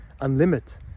unlimit